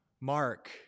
Mark